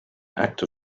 act